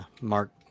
Mark